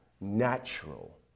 natural